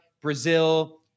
Brazil